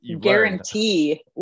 guarantee